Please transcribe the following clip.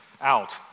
out